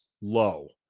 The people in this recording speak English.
low